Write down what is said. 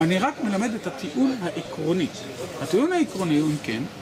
אני רק מלמד את הטיעון העקרוני, הטיעון העקרוני הוא אם כן...